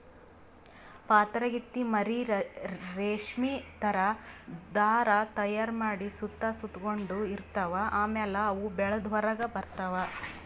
ಪಾತರಗಿತ್ತಿ ಮರಿ ರೇಶ್ಮಿ ಥರಾ ಧಾರಾ ತೈಯಾರ್ ಮಾಡಿ ಸುತ್ತ ಸುತಗೊಂಡ ಇರ್ತವ್ ಆಮ್ಯಾಲ ಅವು ಬೆಳದ್ ಹೊರಗ್ ಬರ್ತವ್